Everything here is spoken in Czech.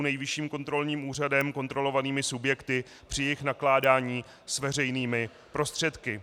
Nejvyšším kontrolním úřadem kontrolovanými subjekty při jejich nakládání s veřejnými prostředky.